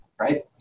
right